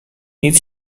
nic